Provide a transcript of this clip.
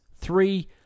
Three